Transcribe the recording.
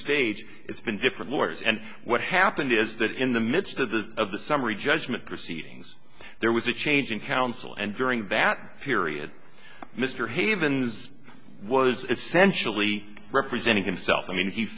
stage it's been different lawyers and what happened is that in the midst of the of the summary judgment proceedings there was a change in counsel and during that period mr havens was essentially representing himself i mean he